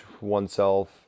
oneself